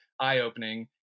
eye-opening